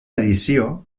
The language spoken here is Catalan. edició